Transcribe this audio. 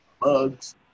mugs